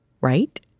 Right